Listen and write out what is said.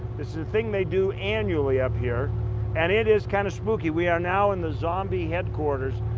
it's a thing they do annually up here and it is kind of spooky! we are now in the zombie headquarters,